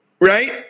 right